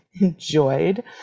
enjoyed